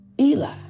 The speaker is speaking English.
Eli